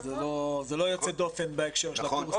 זה לא יוצא דופן בהקשר של הקורסים.